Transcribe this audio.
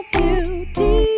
beauty